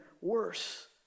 worse